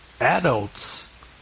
adults